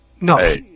No